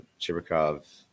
Chibrikov